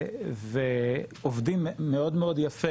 שקמים ועובדים מאוד מאוד יפה,